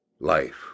life